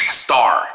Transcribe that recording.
star